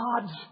God's